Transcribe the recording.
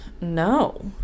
no